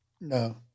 no